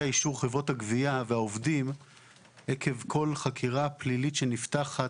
אישור חברות הגבייה והעובדים עקב כל חקירה פלילית שנפתחת.